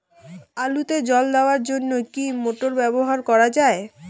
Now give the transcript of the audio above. আলুতে জল দেওয়ার জন্য কি মোটর ব্যবহার করা যায়?